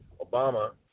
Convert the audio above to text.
Obama